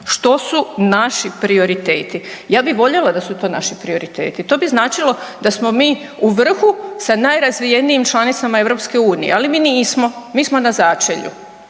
Što su naši prioriteti? Ja bih voljela da su to naši prioriteti, to bi značilo da smo mi u vrhu sa najrazvijenijim članicama EU, ali mi nismo, mi smo na začelju,